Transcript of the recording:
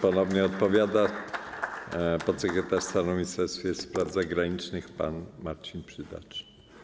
Ponownie odpowiada podsekretarz stanu w Ministerstwie Spraw Zagranicznych pan Marcin Przydacz.